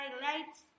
highlights